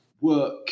work